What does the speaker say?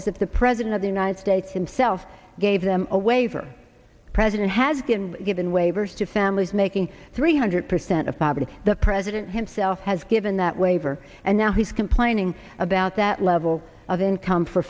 is if the president of the united states himself gave them a waiver the president has been given waivers to families making three hundred percent of poverty the president himself has given that waiver and now he's complaining about that level of income for